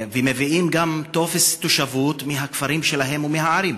ומביאים גם טופס תושבות מהכפרים שלהם ומהערים.